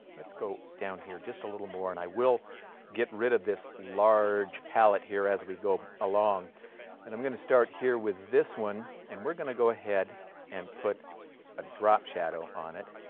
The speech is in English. let's go down here, just a little more, and i will get rid of this large pallet here as we go along and i'm going to start here with this one and we're going to go ahead and put a drop shadow on it,